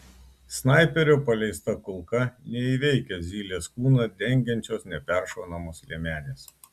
snaiperio paleista kulka neįveikia zylės kūną dengiančios neperšaunamos liemenės